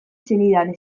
zenidan